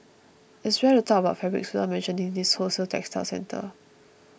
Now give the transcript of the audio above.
it's rare to talk about fabrics without mentioning this wholesale textile centre